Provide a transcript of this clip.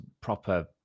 proper